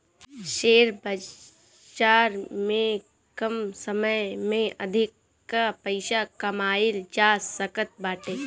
share बाजार में कम समय में अधिका पईसा कमाईल जा सकत बाटे